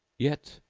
yet,